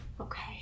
Okay